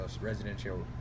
residential